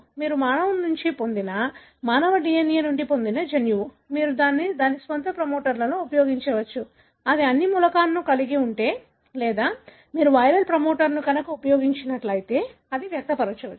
మీరు మానవ నుండి పొందిన మానవ DNA నుండి పొందిన జన్యువు మీరు దానిని దాని స్వంత ప్రమోటర్తో ఉపయోగించవచ్చు అది అన్ని మూలకాలను కలిగి ఉంటే లేదా మీరు వైరల్ ప్రమోటర్ని ఉపయోగించినట్లయితే అది వ్యక్తపరచవచ్చు